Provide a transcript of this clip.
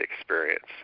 experience